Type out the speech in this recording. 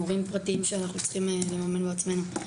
מורים פרטיים שאנחנו צריכים לממן בעצמנו.